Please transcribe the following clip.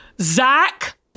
Zach